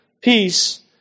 peace